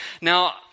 Now